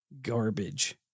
garbage